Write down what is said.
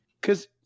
Because-